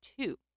two